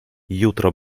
jutro